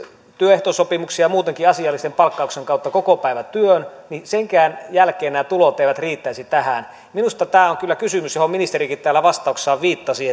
työehtosopimuksien ja muutenkin asiallisen palkkauksen kautta kokopäivätyön niin senkään jälkeen nämä tulot eivät riittäisi tähän minusta tämä on kyllä kysymys johon ministerikin täällä vastauksessaan viittasi